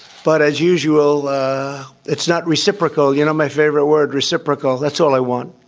but as usual it's not reciprocal. you know my favorite word reciprocal. that's all i want.